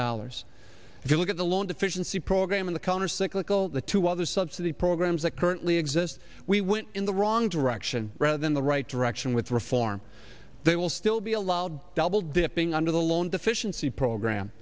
dollars if you look at the loan efficiency program in the countercyclical the two other subsidy programs that currently exist we went in the wrong direction rather than the right direction with reform they will still be allowed double dipping under the loan deficiency program